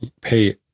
pay